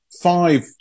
five